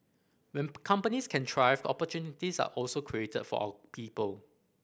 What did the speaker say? when companies can thrive opportunities are also created for our people